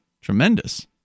tremendous